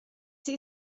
sie